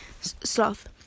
sloth